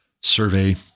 survey